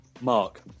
Mark